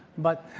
but